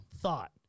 thought